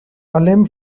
alem